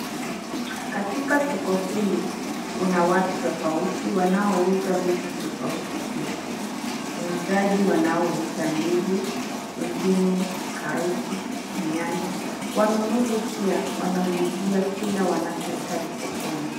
Katika soko hili, kuna watu tofauti wanaouza vitu tofauti pia. Muuzaji wanaouza ndizi, wengine karoti, nyanya. Wanunuzi pia wanaulizia kila wanachohitaji sokoni.